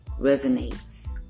resonates